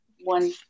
one